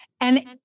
and-